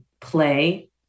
play